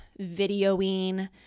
videoing